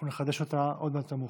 אנחנו נחדש אותה עוד מעט, יותר מאוחר.